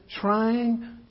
trying